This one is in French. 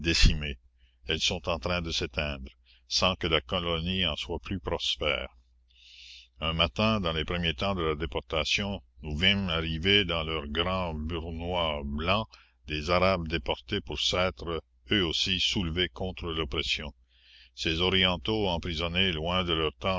elles sont en train de s'éteindre sans que la colonie en soit plus prospère un matin dans les premiers temps de la déportation nous vîmes arriver dans leurs grands burnous blancs des arabes déportés pour s'être eux aussi soulevés contre l'oppression ces orientaux emprisonnés loin de leurs tentes